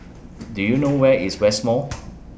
Do YOU know Where IS West Mall